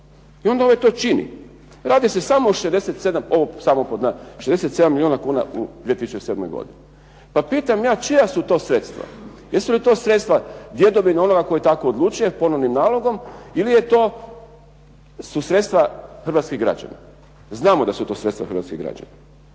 ovog, samo …/Govornik se ne razumije./… 67 milijuna kuna u 2007. godini. Pa pitam ja čija su to sredstva? Jesu li to sredstva djedovine, onoga koji tako odlučuje ponovnim nalogom ili je to su sredstva hrvatskih građana. Znamo da su to sredstva hrvatskih građana